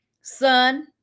son